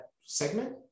segment